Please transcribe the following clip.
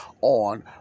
on